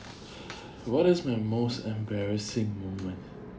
what is my most embarrassing moment